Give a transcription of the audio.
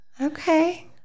Okay